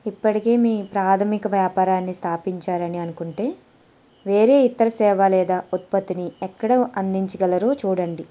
ఇప్పటికే మీ ప్రాధమిక వ్యాపారాన్ని స్థాపించారని అనుకుంటే వేరే ఇతర సేవ లేదా ఉత్పత్తిని ఎక్కడ అందించగలరో చూడండి